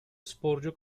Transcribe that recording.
sporcu